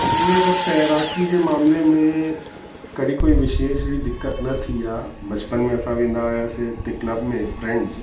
ईअं त तैराकी जे मामिले में कॾहिं कोई विशेष अहिड़ी दिक़त न थी आहे बचपन में असां वेंदा हुआसीं उते क्लब में फ्रैंडस